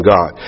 God